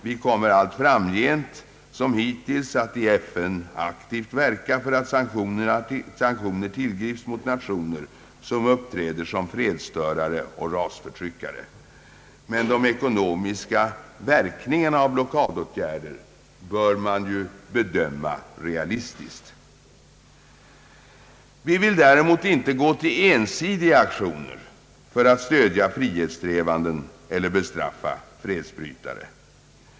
Vi kommer allt framgent liksom hittills i FN att verka för att sanktioner tillgrips mot nationer som uppträder som fredsstörare och rasförtryckare. De ekonomiska verkningarna av blockadåtgärder bör man dock bedöma realistiskt. Vi vill däremot inte gå till ensidiga aktioner för att stödja frihetssträvanden eller straffa fredsbrytare.